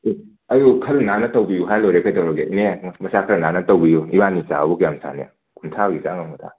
ꯑꯦ ꯑꯗꯣ ꯈꯔ ꯅꯥꯟꯅ ꯇꯧꯕꯤꯌꯨ ꯍꯥꯏꯔ ꯂꯣꯏꯔꯦ ꯀꯩꯗꯧꯔꯒꯦ ꯏꯅꯦ ꯃꯁꯥ ꯈꯔ ꯅꯥꯟꯅ ꯇꯧꯕꯤꯌꯨ ꯏꯕꯥꯅꯤ ꯆꯥꯕꯕꯨ ꯀꯌꯥꯝ ꯆꯥꯅꯤ ꯀꯨꯟꯊ꯭ꯔꯥꯒꯤ ꯆꯥ ꯉꯝꯒꯗ꯭ꯔꯥ